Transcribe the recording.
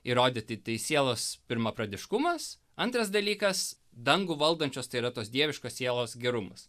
įrodyti tai sielos pirmapradiškumas antras dalykas dangų valdančios tai yra tos dieviškos sielos gerumas